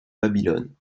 babylone